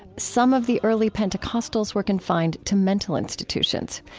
some of the early pentecostals were confined to mental institutions.